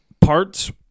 Parts